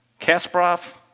Kasparov